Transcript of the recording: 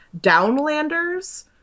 downlanders